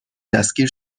دستگیر